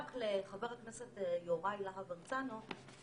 לומר רק לחבר הכנסת יוראי להב הרצנו,